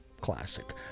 classic